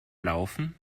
laufen